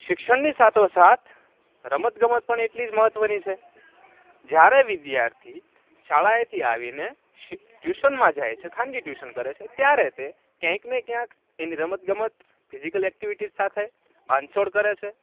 શિક્ષણની સાથો સાથ રમતગમત પણ એટલી જ મહત્વની છે જ્યારે વિદ્યાર્થી શાળાએથી આવીને ટ્યુશનમાં જાય છે ખાનગી ટ્યુશન કરે છે ત્યારે તે કાંઈક ને ક્યાંક એની રમત ગમત ફિઝિકલ એક્ટિવિટી સાથે બાંધછોડ કરે છે